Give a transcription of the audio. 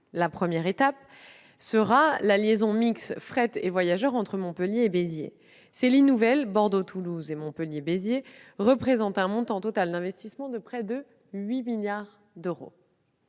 La première étape sera la liaison mixte, fret et voyageurs, entre Montpellier et Béziers. Ces lignes nouvelles, Bordeaux-Toulouse et Montpellier-Béziers, représentent un investissement total de près de 8 milliards d'euros.